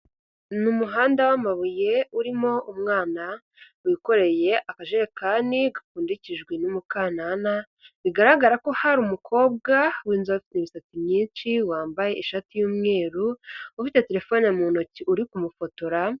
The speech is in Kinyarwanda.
Ni umuhanda wamabuye urimo umwana wikoreye akajakani gapfundikijwe n'umukanana, bigaragara ko hari umukobwa winzobe afite imisatsi myinshi wambaye ishati y'umweru ufite telefone mu ntoki uri kumufotora.